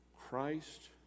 Christ